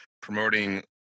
promoting